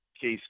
Case